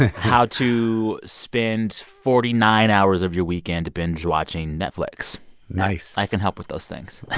how to spend forty nine hours of your weekend binge-watching netflix nice i can help with those things.